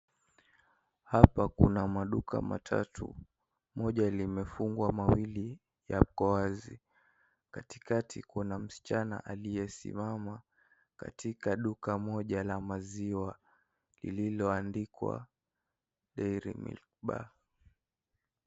Hapa kuna maduka matatu moja limefungwa mawili yako wazi katikati kuna msichana aliyesimama katika duka moja la maziwa lililo andikwa dairy milk bar .